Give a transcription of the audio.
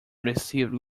received